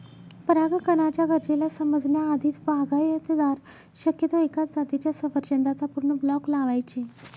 परागकणाच्या गरजेला समजण्या आधीच, बागायतदार शक्यतो एकाच जातीच्या सफरचंदाचा पूर्ण ब्लॉक लावायचे